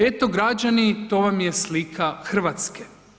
Eto građani to vam je slika Hrvatske.